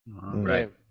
Right